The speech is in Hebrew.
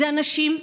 אלה אנשים,